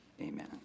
amen